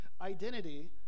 identity